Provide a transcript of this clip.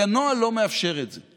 כי הנוהל לא מאפשר את זה.